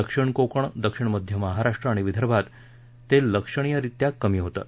दक्षिण कोकण दक्षिण मध्य महाराष्ट्र आणि विदर्भात ते लक्षणीयरीत्या कमी होतं